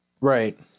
Right